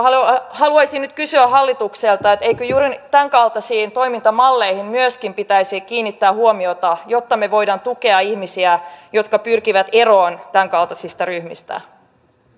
haluaisin nyt kysyä hallitukselta eikö juuri tämänkaltaisiin toimintamalleihin myöskin pitäisi kiinnittää huomiota jotta me voimme tukea ihmisiä jotka pyrkivät eroon tämänkaltaisista ryhmistä